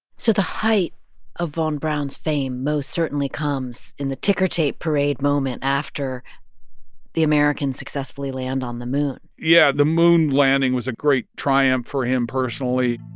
so the height of von braun's fame most certainly comes in the ticker tape parade moment after the americans successfully land on the moon yeah. the moon landing was a great triumph for him personally.